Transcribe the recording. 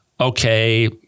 Okay